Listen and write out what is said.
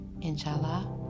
Inshallah